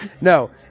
No